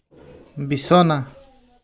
বিছনা